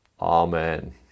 Amen